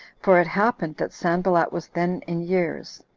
for it happened that sanballat was then in years.